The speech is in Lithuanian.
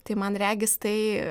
tai man regis tai